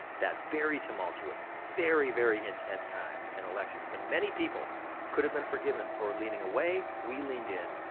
that very tumultuous very, very intense time and election, when many people could have been forgiven for leaning away, we leaned in.